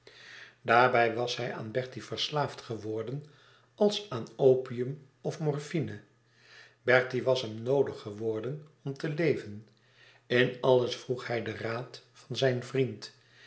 daarbij was hij aan bertie verslaafd geworden als aan opium of morfine bertie was hem noodig geworden om te leven in alles vroeg hij den raad van zijn vriend